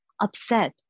upset